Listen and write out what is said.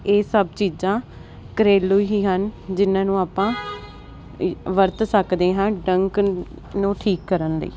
ਇਹ ਸਭ ਚੀਜ਼ਾਂ ਘਰੇਲੂ ਹੀ ਹਨ ਜਿਨਾਂ ਨੂੰ ਆਪਾਂ ਵਰਤ ਸਕਦੇ ਹਾਂ ਡੰਕ ਨੂੰ ਠੀਕ ਕਰਨ ਲਈ